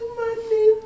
money